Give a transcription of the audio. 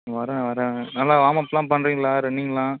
வரேன் வரேன் நல்லா வாம்அப்லாம் பண்ணுறீங்களா ரன்னிங்கெலாம்